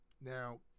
Now